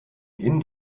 inn